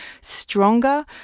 stronger